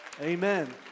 Amen